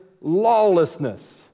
lawlessness